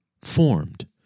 formed